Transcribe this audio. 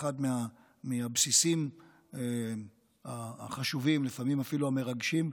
אחד מהבסיסים החשובים, ולפעמים אפילו המרגשים,